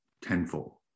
tenfold